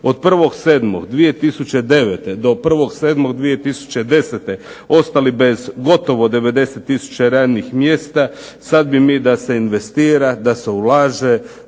od 1.7.2009. do 1.7.2010. ostali bez gotovo 90 tisuća radnih mjesta, sad bi mi da se investira, da se ulaže,